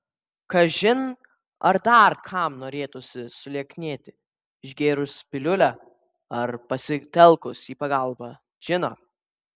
kažin ar dar kam norėtųsi sulieknėti išgėrus piliulę ar pasitelkus į pagalbą džiną